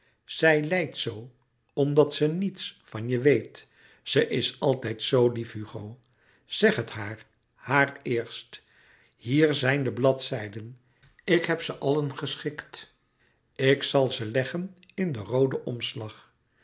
zij lijdt zoo omdat ze niets van je weet ze is altijd zoo lief hugo zeg het haar haar eerst hier zijn de bladzijden ik heb ze allen geschikt ik zal ze leggen in den rooden omslag